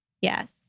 Yes